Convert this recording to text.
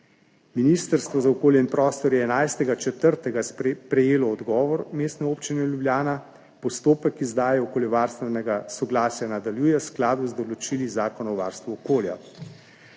Ministrstvo za okolje in prostor je 11. 4. prejelo odgovor Mestne občine Ljubljana, postopek izdaje okoljevarstvenega soglasja nadaljuje v skladu z določili Zakona o varstvu okolja.